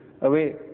away